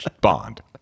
bond